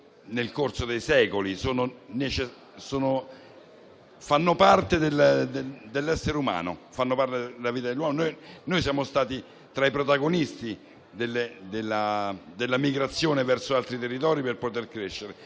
nel corso dei secoli hanno fatto parte dell'essere umano, della vita dell'uomo. Noi siamo stati tra i protagonisti della migrazione verso altri territori per poter crescere,